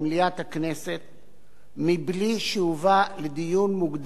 מבלי שהובאה לדיון מוקדם בוועדת השרים לענייני חקיקה.